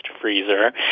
freezer